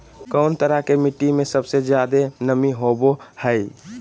कौन तरह के मिट्टी में सबसे जादे नमी होबो हइ?